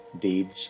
deeds